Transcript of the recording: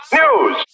news